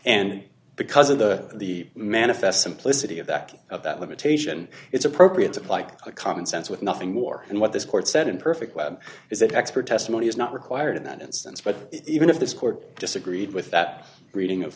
and because of the the manifest simplicity of the act of that limitation it's appropriate like a common sense with nothing more and what this court said in perfect lab is that expert testimony is not required in that instance but even if this court disagreed with that reading of